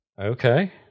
Okay